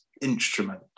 instrument